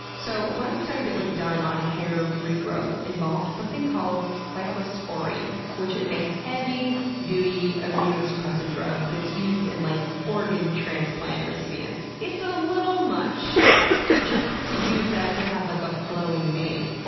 so one study that was done on hair regrowth involved something called cyclosporine, which is a heavy duty immunosuppressant drug that's used in like organ transplant recipients. it's a little much just to use that to have like a flowing mane.